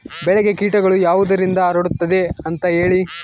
ಬೆಳೆಗೆ ಕೇಟಗಳು ಯಾವುದರಿಂದ ಹರಡುತ್ತದೆ ಅಂತಾ ಹೇಳಿ?